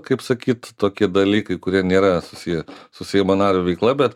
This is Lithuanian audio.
kaip sakyt tokie dalykai kurie nėra susiję su seimo nario veikla bet